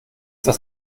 das